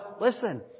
Listen